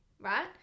right